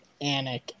Anik